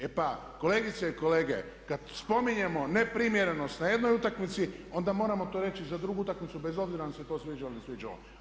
E pa kolegice i kolege, kada spominjemo neprimjerenost na jednoj utakmici onda moramo to reći za drugu utakmicu bez obzira da li nam se to sviđalo, ne sviđalo.